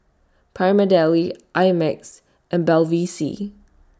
Prima Deli I Max and Bevy C